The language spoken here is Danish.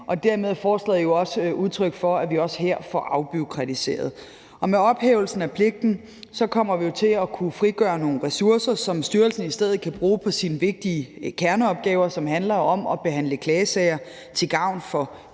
og dermed er forslaget jo også udtryk for, at vi også her får afbureaukratiseret. Med ophævelsen af pligten kommer vi til at kunne frigøre nogle ressourcer, som styrelsen i stedet kan bruge på sine vigtige kerneopgaver, som handler om at behandle klagesager til gavn for